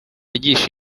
agisha